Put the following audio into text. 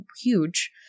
huge